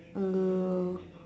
uh